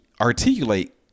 articulate